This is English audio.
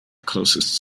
closest